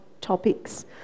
topics